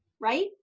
Right